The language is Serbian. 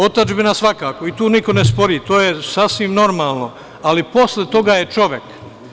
Otadžbina, svakako i to niko ne spori, to je sasvim normalno, ali posle toga je čovek.